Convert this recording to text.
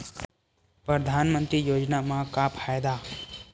परधानमंतरी योजना म का फायदा?